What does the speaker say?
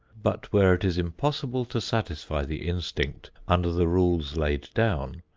but where it is impossible to satisfy the instinct under the rules laid down,